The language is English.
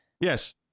yes